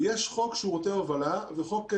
שיש חוק שירותי הובלה וחוק מוביל,